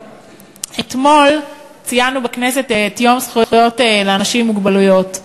אתמול ציינו בכנסת את יום הזכויות לאנשים עם מוגבלויות,